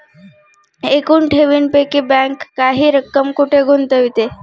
एकूण ठेवींपैकी बँक काही रक्कम कुठे गुंतविते?